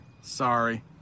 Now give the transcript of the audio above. sorry